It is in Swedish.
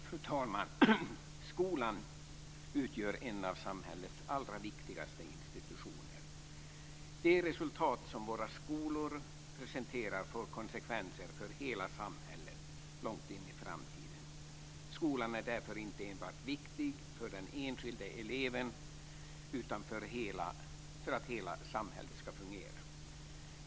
Fru talman! Skolan utgör en av samhällets allra viktigaste institutioner. De resultat som våra skolor presenterar får konsekvenser för hela samhället långt in i framtiden. Skolan är därför inte enbart viktig för den enskilde eleven utan för att hela samhället ska fungera.